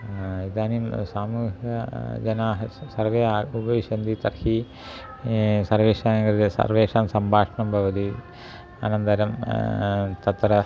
इदानीं सामूहिक जनाः सर्वे उपविशन्ति तर्हि सर्वेषां कृते सर्वेषां सम्भाषणं भवति अनन्तरं तत्र